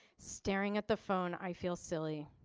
staring at the phone i feel silly.